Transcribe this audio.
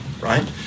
right